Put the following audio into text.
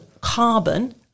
carbon